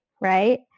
right